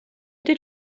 did